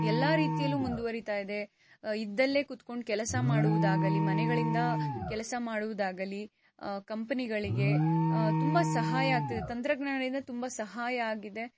ಎಲ್ಲಾ ರೀತಿಯಲ್ಲೂ ಮುಂದುವರಿತಾ ಇದೆ ಇದ್ದಲ್ಲೇ ಕೂತ್ಕೊಂಡು ಕೆಲಸ ಮಾಡುವುದಾಗಲಿ ಮನೆಗಳಿಂದ ಕೆಲಸ ಮಾಡುವುದಾಗಲಿ ಕಂಪ್ನಿಗಳಿಗೆ ತುಂಬ ಸಹಾಯ ಆಗ್ತದೆ ತಂತ್ರಜ್ಞಾನದಿಂದ ತುಂಬ ಸಹಾಯ ಆಗಿದೆ